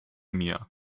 mir